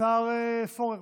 השר פורר